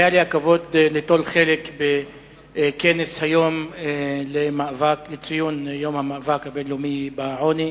היה לי הכבוד ליטול היום חלק בכנס לציון יום המאבק הבין-לאומי בעוני.